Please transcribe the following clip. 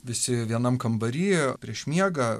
visi vienam kambary prieš miegą